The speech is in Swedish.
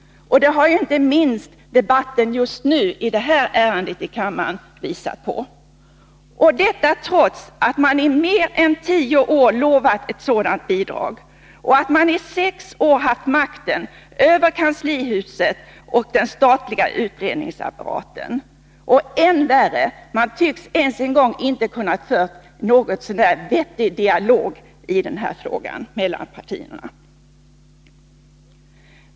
Det har inte minst debatten just nu i kammaren i detta ärende visat på — detta trots att man i mer än tio år lovat ett sådant bidrag och att man i sex år haft makten över kanslihuset och den statliga utredningsapparaten. Än värre: man tycks inte kunna föra en något så när vettig dialog i frågan mellan partierna.